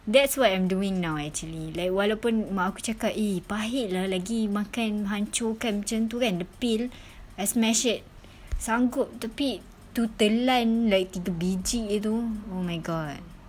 that's what I'm doing now actually like walaupun mak aku cakap eh pahit lah lagi makan hancur kan macam tu kan the pill I smash it sanggup tapi to telan like tiga biji tu oh my god